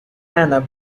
banner